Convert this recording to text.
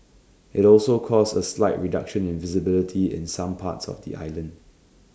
IT also caused A slight reduction in visibility in some parts of the island